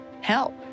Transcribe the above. help